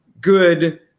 good